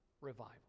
revival